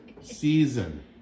season